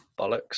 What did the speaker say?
Bollocks